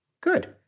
Good